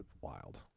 wild